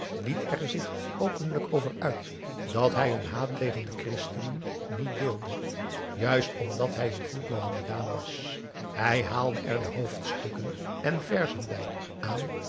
liet er zich openlijk over uit dat hij hun haat tegen de christenen niet deelde juist omdat hij een goed mohammedaan was hij haalde er de hoofdstukken en verzen bij aan